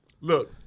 look